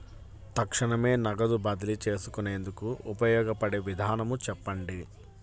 తక్షణమే నగదు బదిలీ చేసుకునేందుకు ఉపయోగపడే విధానము చెప్పండి?